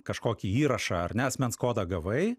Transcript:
kažkokį įrašą ar ne asmens kodą gavai